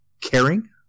caring